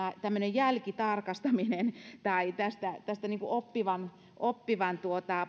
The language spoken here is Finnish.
tämmöinen jälkitarkastaminen tai oppivan oppivan